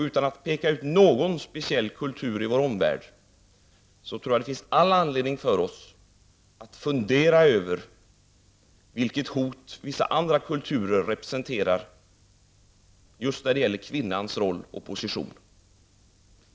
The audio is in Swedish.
Utan att peka ut någon speciell kultur i vår omvärld, finns det all anledning att fundera över vilket hot vissa andra kulturer representerar just när det gäller kvinnans roll och position.